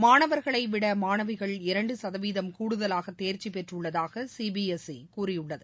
மாணவர்களைவிட மாணவிகள் இரண்டு சதவீதம் கூடுதலாக தேர்ச்சி பெற்றுள்ளதாக சி பி எஸ் இ கூறியுள்ளது